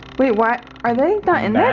wait, why are they not in there?